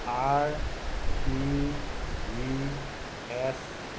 R T G S